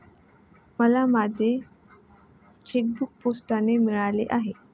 मला माझे चेकबूक पोस्टाने मिळाले आहे